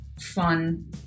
fun